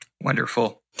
Wonderful